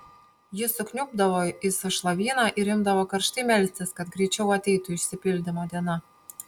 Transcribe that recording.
jis sukniubdavo į sąšlavyną ir imdavo karštai melstis kad greičiau ateitų išsipildymo diena